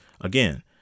Again